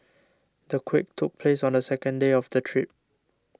the quake took place on the second day of the trip